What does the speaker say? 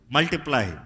Multiply